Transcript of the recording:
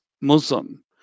Muslim